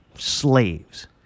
slaves